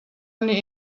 only